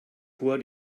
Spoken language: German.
chor